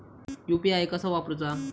UPI कसा वापरूचा?